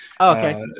okay